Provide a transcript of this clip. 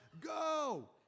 go